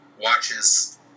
watches